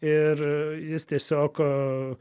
ir jis tiesiog